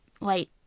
light